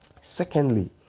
Secondly